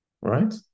Right